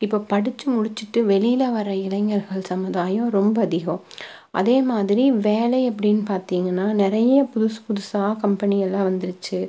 இப்போது படிச்சு முடிச்சுட்டு வெளியில் வர இளைஞர்கள் சமுதாயம் ரொம்ப அதிகம் அதே மாதிரி வேலை அப்படின்னு பார்த்திங்கன்னா நிறையா புதுசு புதுசாக கம்பெனி எல்லாம் வந்துடுச்சு